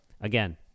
again